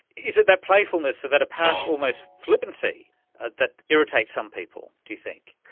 is it that playfulness, that apparent almost flippancy ah that irritates some people, do you think?